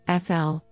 FL